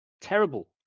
Terrible